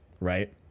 right